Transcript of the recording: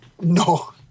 No